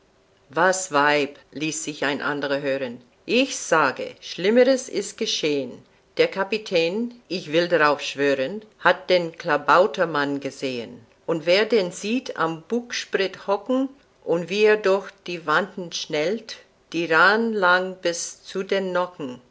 was weib ließ sich ein andrer hören ich sage schlimmres ist geschehn der kapitän ich will drauf schwören hat den klabautermann gesehn und wer den sieht am bugspriet hocken und wie er durch die wanten schnellt die raaen lang bis zu den